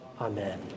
Amen